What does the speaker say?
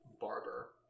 barber